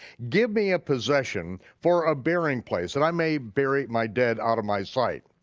give me a possession for a burying place that i may bury my dead out of my sight.